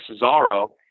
Cesaro